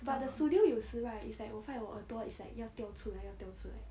but the studio 有时 right it's like 我放在我耳朵 it's like 要掉出来要掉出来